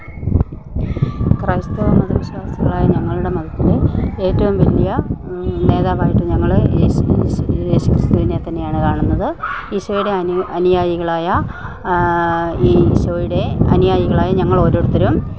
ക്രൈസ്തവ മതവിശ്വാസികളായ ഞങ്ങളുടെ മതത്തിൽ ഏറ്റവും വലിയ നേതാവായിട്ട് ഞങ്ങൾ യേശു യേശു യേശു ക്രിസ്തുവിനെ തന്നെയാണ് കാണുന്നത് ഈശോയുടെ അനുയായികളായ ഈശോയുടെ അനുയായികളായ ഞങ്ങൾ ഓരോരുത്തരും